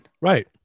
Right